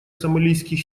сомалийских